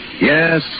Yes